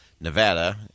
Nevada